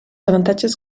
avantatges